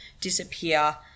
disappear